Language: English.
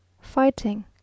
fighting